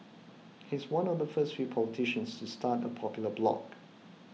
he's one of the first few politicians start a popular blog